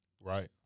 right